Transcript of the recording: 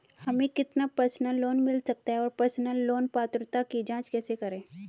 हमें कितना personal loan मिल सकता है और पर्सनल लोन पात्रता की जांच कैसे करें?